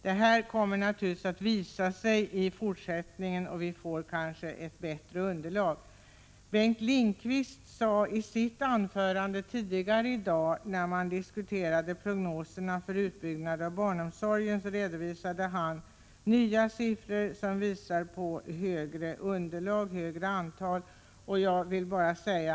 Det kan kanske visa sig framöver om underlaget är något större. Bengt Lindqvist redovisade tidigare i dag, i samband med diskussionen om prognoserna för utbyggnaden av barnomsorgen, nya siffror som också visade på ett större antal barn i de aktuella åldrarna.